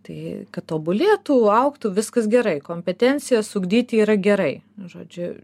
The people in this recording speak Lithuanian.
tai kad tobulėtų augtų viskas gerai kompetencijas ugdyti yra gerai žodžiu